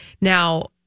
Now